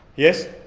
yes.